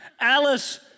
Alice